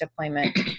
deployment